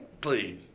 please